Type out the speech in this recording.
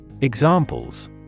Examples